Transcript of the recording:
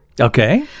Okay